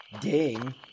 Ding